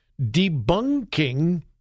debunking